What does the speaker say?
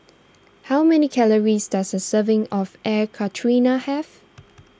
how many calories does a serving of Air Karthira have